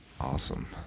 awesome